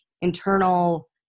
internal